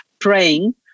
praying